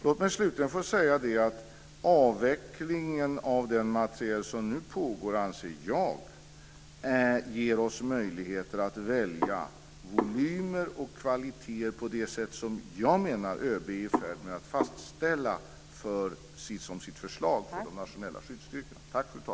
Låt mig slutligen säga att jag anser att den avveckling av materiel som nu pågår ger oss möjlighet att välja volymer och kvalitet på det sätt som ÖB är i färd med att fastställa som sitt förslag för de nationella skyddsstyrkorna.